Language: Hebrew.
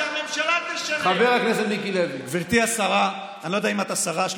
האינטרס הלאומי של החברה הישראלית, השרה ינקלביץ',